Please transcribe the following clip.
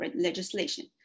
legislation